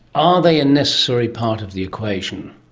are they a necessary part of the equation?